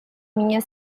minha